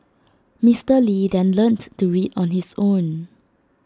Mister lee then learnt to read on his own